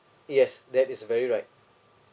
yes that is very right